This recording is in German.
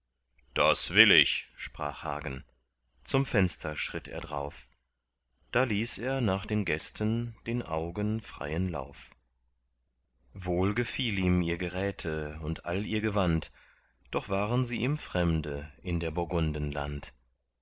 das will ich sprach hagen zum fenster schritt er drauf da ließ er nach den gästen den augen freien lauf wohl gefiel ihm ihr geräte und all ihr gewand doch waren sie ihm fremde in der burgunden land